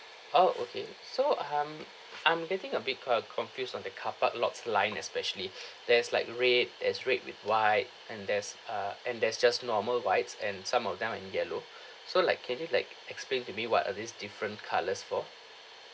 oh okay so um I'm getting a bit quite uh confused on the car park lots line especially there's like red there's red with white and there's uh and there's just normal whites and some of them are in yellow so like can you like explain to me what are these different colours for